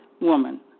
woman